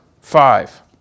five